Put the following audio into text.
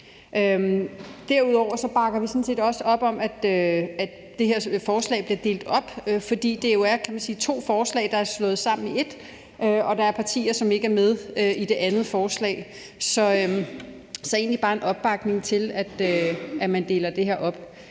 Derudover bakker vi sådan set også op om, at det her forslag bliver delt op, fordi det jo er to forslag, der er slået sammen i et. Og der er partier, som ikke er med i det andet forslag. Så det er egentlig bare en opbakning til, at man deler det her op.